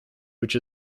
which